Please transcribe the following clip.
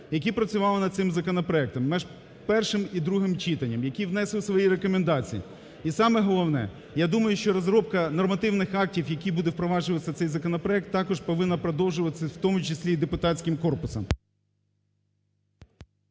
які працювали над цим законопроектом між першим і другим читанням, які внесли свої рекомендації. І саме головне, я думаю, що розробка нормативних актів, які будуть впроваджуватися в цей законопроект також повинна продовжуватися, в тому числі й депутатським корпусом...